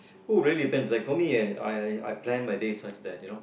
who really plans like for me uh I I I I plan my days such that you know